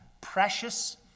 precious